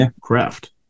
craft